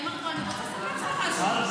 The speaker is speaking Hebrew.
אני רוצה להגיד לך משהו.